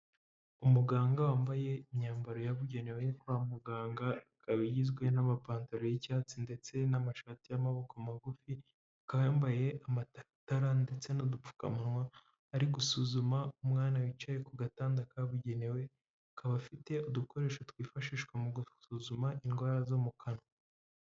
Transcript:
Umuganga wambaye imyambaro yabugenewe kwa muganga, ikaba igizwe n'amapantaro y'icyatsi ndetse n'amashati y'amaboko magufi, akaba yambaye amataratara ndetse n'udupfukamunwa, ari gusuzuma umwana wicaye ku gatanda kabugenewe, akaba afite udukoresho twifashishwa mu gusuzuma indwara zo mu kanwa.